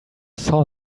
saw